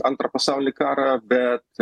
antrą pasaulinį karą bet